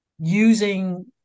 using